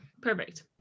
Perfect